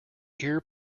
ear